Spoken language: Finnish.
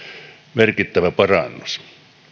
merkittävä parannus